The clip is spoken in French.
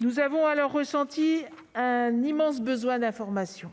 Nous avons alors ressenti un immense besoin d'information.